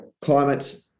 Climate